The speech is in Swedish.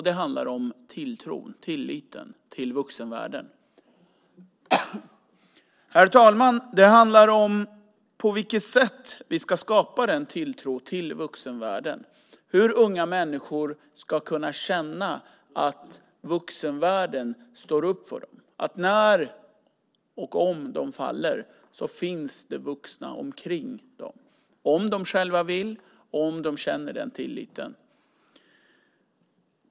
Den handlar om tilltron och tilliten till vuxenvärlden. Herr talman! Det handlar om på vilket sätt som vi ska skapa en tilltro till vuxenvärlden, hur unga människor ska kunna känna att vuxenvärlden står upp för dem. När och om de faller ska det finnas vuxna omkring dem om de själva vill och om de känner den tilliten.